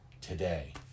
today